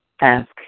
ask